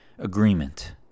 agreement